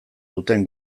duten